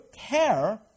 care